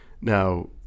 Now